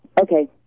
Okay